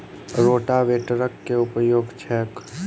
रोटावेटरक केँ उपयोग छैक?